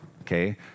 Okay